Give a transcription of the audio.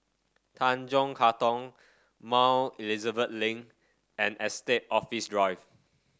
Tanjong Katong Mount Elizabeth Link and Estate Office Drive